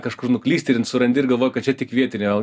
kažkur nuklysti surandi ir galvoji kad čia tik vietiniai o